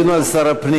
מאז הדיון על שר הפנים.